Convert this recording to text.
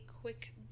quick